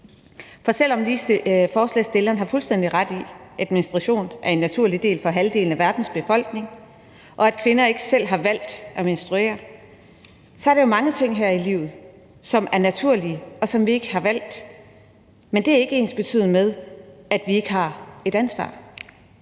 For selv om forslagsstillerne har fuldstændig ret i, at menstruation er en naturlig del for halvdelen af verdens befolkning, og at kvinder ikke selv har valgt at menstruere, så er der jo mange ting her i livet, som er naturlige, og som vi ikke har valgt. Men det er ikke ensbetydende med, at vi ikke har et ansvar.